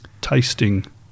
tasting